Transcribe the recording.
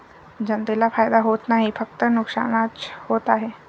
जनतेला फायदा होत नाही, फक्त नुकसानच होत आहे